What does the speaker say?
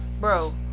Bro